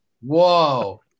Whoa